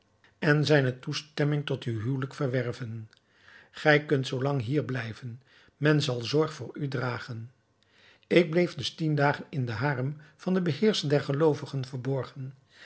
en zijne toestemming tot uw huwelijk verwerven gij kunt zoo lang hier blijven men zal zorg voor u dragen ik bleef dus tien dagen in den harem van den beheerscher der geloovigen verborgen